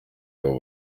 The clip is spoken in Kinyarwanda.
abo